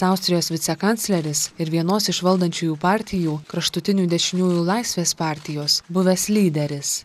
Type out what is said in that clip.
austrijos vicekancleris ir vienos iš valdančiųjų partijų kraštutinių dešiniųjų laisvės partijos buvęs lyderis